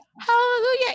hallelujah